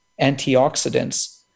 antioxidants